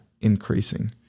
increasing